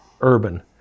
urban